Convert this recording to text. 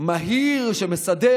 מהיר שמסדר,